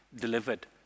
delivered